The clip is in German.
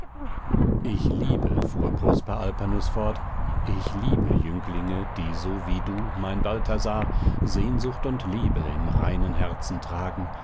ich liebe fuhr prosper alpanus fort ich liebe jünglinge die so wie du mein balthasar sehnsucht und liebe im reinen herzen tragen